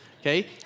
okay